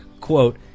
quote